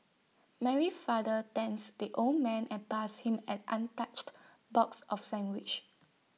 Mary father thanks the old man and passed him an untouched box of sandwiches